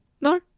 No